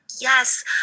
yes